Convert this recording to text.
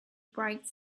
bright